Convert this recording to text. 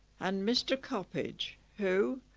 and mr coppage. who,